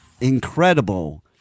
incredible